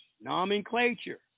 Nomenclature